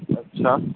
আচ্ছা